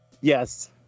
Yes